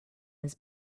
his